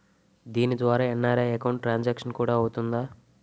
దీని ద్వారా NRI account transaction కూడా అవుతుందా?